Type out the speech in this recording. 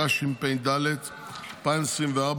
התשפ״ד 2024,